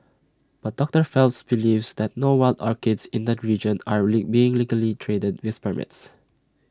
but doctor Phelps believes that no wild orchids in the region are being legally traded with permits